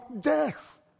death